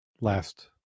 last